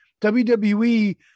WWE